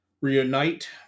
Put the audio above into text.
reunite